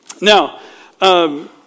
Now